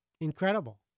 incredible